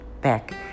back